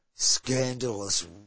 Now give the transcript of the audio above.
scandalous